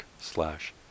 slash